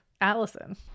Allison